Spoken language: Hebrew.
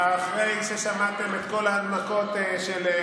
רק בגלל התעמולה השקרית שלכם.